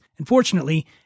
Unfortunately